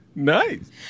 Nice